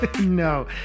No